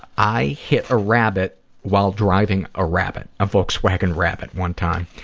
i hit a rabbit while driving a rabbit, a volkswagen rabbit, one time.